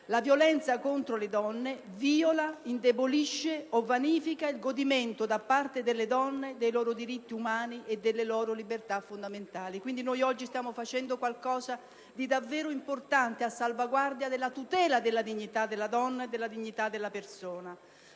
La violenza contro le donne viola, indebolisce o vanifica il godimento da parte delle donne dei loro diritti umani e delle loro libertà fondamentali». Quindi, noi oggi stiamo facendo qualcosa di davvero importante a salvaguardia della tutela della dignità della donna e della dignità della persona.